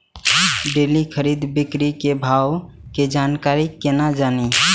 Daily खरीद बिक्री के भाव के जानकारी केना जानी?